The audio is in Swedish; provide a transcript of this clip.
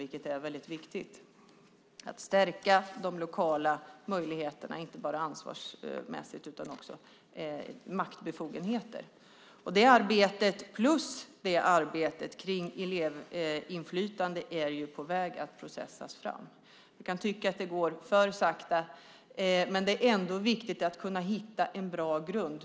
Det är väldigt viktigt att stärka de lokala möjligheterna, inte bara ansvarsmässigt utan också i fråga om maktbefogenheter. Det arbetet plus arbetet med elevinflytande är på väg att processas fram. Man kan tycka att det går för sakta, men det är ändå viktigt att kunna hitta en bra grund.